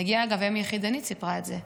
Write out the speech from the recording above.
גם אם יחידנית ממטולה סיפרה את זה,